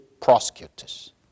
prosecutors